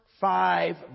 five